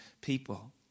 people